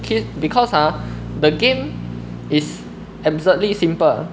kit because ah the game is absurdly simple